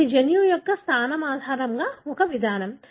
ఇది జన్యువు యొక్క స్థానం ఆధారంగా ఒక విధానం